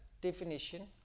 definition